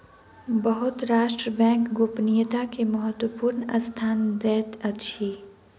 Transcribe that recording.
बहुत राष्ट्र बैंक गोपनीयता के महत्वपूर्ण स्थान दैत अछि